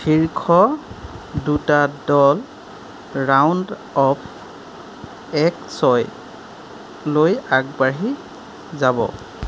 শীৰ্ষ দুটা দল ৰাউণ্ড অৱ এক ছয়লৈ আগবাঢ়ি যাব